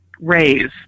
raise